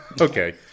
Okay